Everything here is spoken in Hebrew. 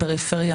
פריפריה,